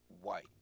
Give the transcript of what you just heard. white